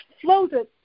floated